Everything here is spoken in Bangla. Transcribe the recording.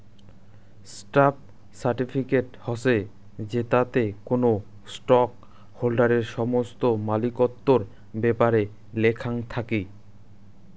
স্টক সার্টিফিকেট হসে জেতাতে কোনো স্টক হোল্ডারের সমস্ত মালিকত্বর ব্যাপারে লেখাং থাকি